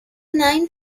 nine